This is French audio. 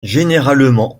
généralement